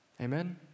Amen